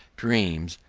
dreams,